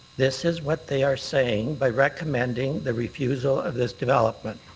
this is what they are saying by recommending the refusal of this development.